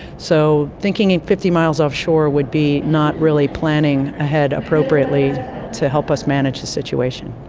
so thinking and fifty miles offshore would be not really planning ahead appropriately to help us manage the situation.